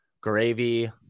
gravy